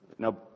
Now